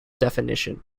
definition